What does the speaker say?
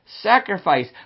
sacrifice